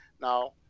now